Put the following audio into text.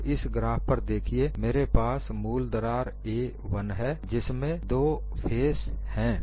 तो इस ग्राफ पर देखिए मेरे पास मूल दरार a1 है जिसमें 2 फेस हैं